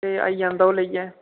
ते आई जंदा ओह् लेइयै